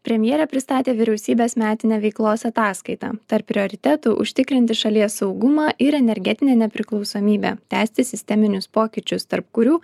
premjerė pristatė vyriausybės metinę veiklos ataskaitą tarp prioritetų užtikrinti šalies saugumą ir energetinę nepriklausomybę tęsti sisteminius pokyčius tarp kurių